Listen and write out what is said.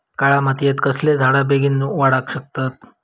काळ्या मातयेत कसले झाडा बेगीन वाडाक शकतत?